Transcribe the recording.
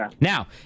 Now